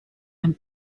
and